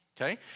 okay